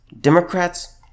Democrats